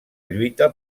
lluita